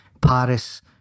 Paris